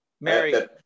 Mary